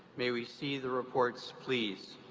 may we see the reports, please.